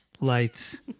lights